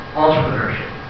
entrepreneurship